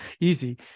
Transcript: easy